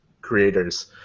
creators